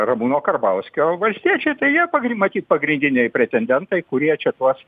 ramūno karbauskio valstiečiai tai jie pagrin matyt pagrindiniai pretendentai kurie čia tuos